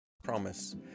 promise